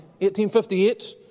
1858